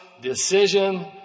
decision